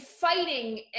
fighting